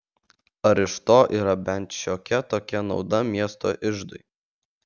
ar iš to yra bent šiokia tokia nauda miesto iždui